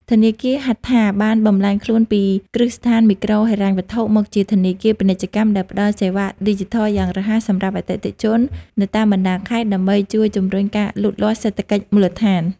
ធនាគារ ហត្ថា (Hattha) បានបម្លែងខ្លួនពីគ្រឹះស្ថានមីក្រូហិរញ្ញវត្ថុ មកជាធនាគារពាណិជ្ជដែលផ្ដល់សេវាឌីជីថលយ៉ាងរហ័សសម្រាប់អតិថិជននៅតាមបណ្ដាខេត្ត ដើម្បីជួយជម្រុញការលូតលាស់សេដ្ឋកិច្ចមូលដ្ឋាន។